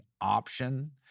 option